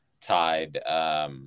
tied